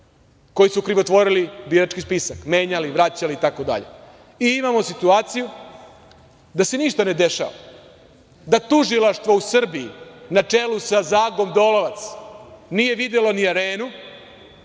koji su krivotvorili birački spisak, menjali, vraćali itd. Imamo situaciju da se ništa ne dešava, da tužilaštvo u Srbiji na čelu sa Zagom Dolovac nije videlo ni Arenu,